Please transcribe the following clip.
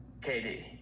KD